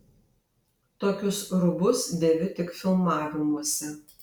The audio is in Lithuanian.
tokius rūbus dėviu tik filmavimuose